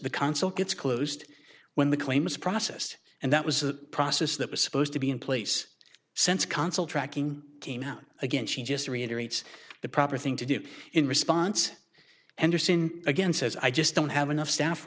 the consulate gets closed when the claim is processed and that was a process that was supposed to be in place since consul tracking came out again she just reiterate the proper thing to do in response anderson again says i just don't have enough staff